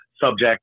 Subject